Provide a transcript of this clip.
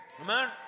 Amen